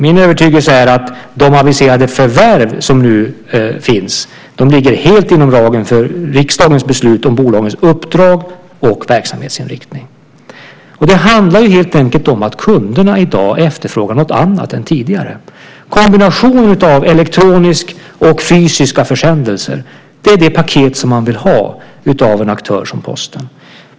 Min övertygelse är att de aviserade förvärv som nu finns ligger helt inom ramen för riksdagens beslut om bolagens uppdrag och verksamhetsinriktning. Det handlar helt enkelt om att kunderna i dag efterfrågar något annat än tidigare. Kombinationen av elektroniska och fysiska försändelser är det paket som man vill ha av en aktör som Posten.